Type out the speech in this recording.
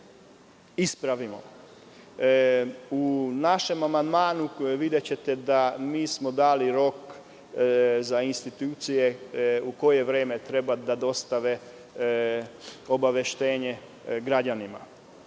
ispravili. U našem amandmanu videćete da smo dali rok za institucije u koje vreme treba da dostave obaveštenje građanima,